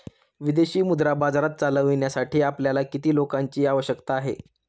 विदेशी मुद्रा बाजार चालविण्यासाठी आपल्याला किती लोकांची आवश्यकता आहे?